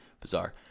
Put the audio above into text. bizarre